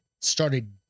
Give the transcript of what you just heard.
started